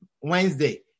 Wednesday